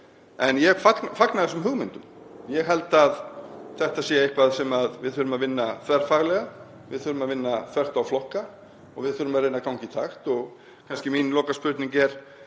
En ég fagna þessum hugmyndum. Ég held að þetta sé eitthvað sem við þurfum að vinna þverfaglega. Við þurfum að vinna þvert á flokka og við þurfum að reyna að ganga í takt. Mín lokaspurning er